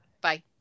Bye